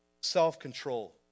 self-control